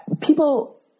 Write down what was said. people